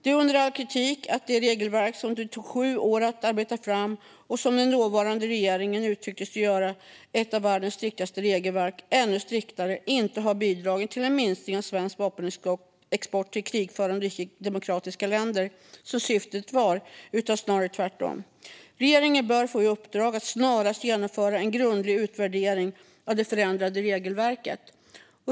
Det är under all kritik att det regelverk som tog sju år att arbeta fram och som den dåvarande regeringen uttryckte skulle göra ett av världens striktaste regelverk ännu striktare inte har bidragit till en minskning av svensk vapenexport till krigförande och icke-demokratiska länder, vilket var syftet, utan snarare gjort motsatsen. Regeringen bör få i uppdrag att snarast genomföra en grundlig utvärdering av det ändrade regelverket.